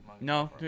No